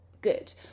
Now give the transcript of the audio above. good